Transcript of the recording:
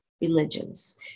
religions